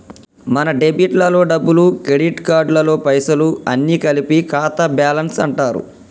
మన డెబిట్ లలో డబ్బులు క్రెడిట్ కార్డులలో పైసలు అన్ని కలిపి ఖాతా బ్యాలెన్స్ అంటారు